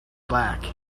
black